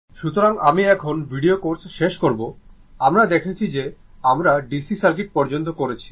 single phase AC circuits সুতরাং আমি এখন ভিডিও ক্লাস শেষ করব আমরা দেখেছি যে আমরা DC সার্কিট পর্যন্ত করেছি